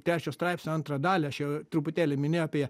trečio straipsnio antrą dalį aš jau truputėlį minėjau apie